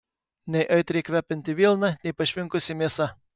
nei aitriai kvepianti vilna nei pašvinkusi mėsa